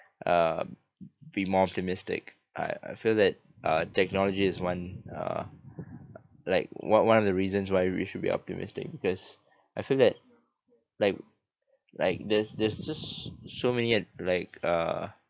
um be more optimistic I I feel that uh technology is one uh like one one of the reasons why we should be optimistic because I feel that like like there's there's just s~ so many ad~ like uh